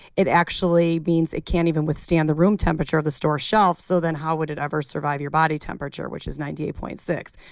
it actually means it can't even withstand the room temperature of the store shelf, so then how would it ever survive your body temperature, which is ninety eight point six?